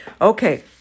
Okay